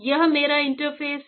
यह मेरा इंटरफ़ेस है